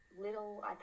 little